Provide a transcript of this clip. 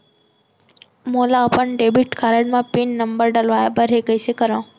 मोला अपन debit card म पिन नंबर डलवाय बर हे कइसे करव?